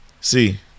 See